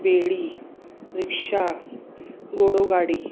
ॿेड़ी रिक्शा घोड़ो गाॾी